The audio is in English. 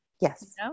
Yes